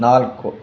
ನಾಲ್ಕು